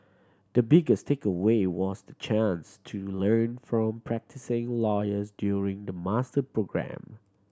the biggest takeaway was the chance to learn from practising lawyers during the master programme